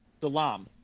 Dalam